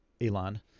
Elon